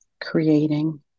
creating